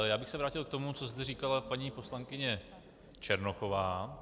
Já bych se vrátil k tomu, co zde říkala paní poslankyně Černochová.